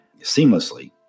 seamlessly